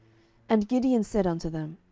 and gideon said unto them,